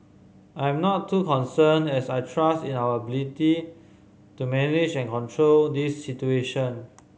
I am not too concerned as I trust in our ability to manage and control this situation